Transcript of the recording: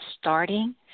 starting